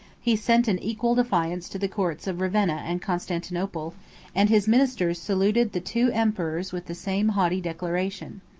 he sent an equal defiance to the courts of ravenna and constantinople and his ministers saluted the two emperors with the same haughty declaration.